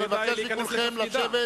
אני מבקש מכולכם לשבת